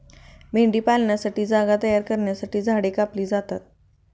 मेंढीपालनासाठी जागा तयार करण्यासाठी झाडे कापली जातात